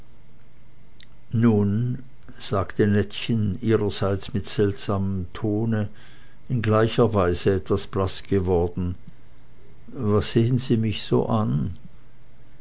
nun sagte nettchen ihrerseits mit seltsamem tone in gleicher weise etwas blaß geworden was sehen sie mich so an